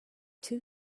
two